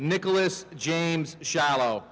nicholas james shallow